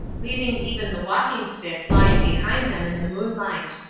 leaving even the walking-stick lying behind them in the moonlight.